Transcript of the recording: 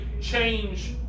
change